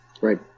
Right